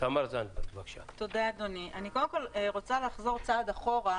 אני קודם כל רוצה לחזור צעד אחד אחורה.